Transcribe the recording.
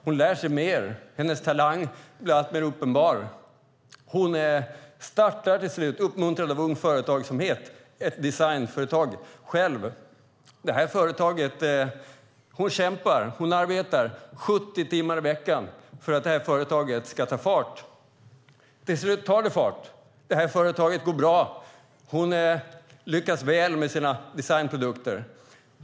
Hon lär sig mer. Hennes talang blir alltmer uppenbar. Uppmuntrad av Ung företagsamhet startar hon ett designföretag. Hon kämpar och arbetar 70 timmar i veckan för att företaget ska ta fart. Till slut tar det fart. Företaget går bra. Hon lyckas bra med sina designprodukter.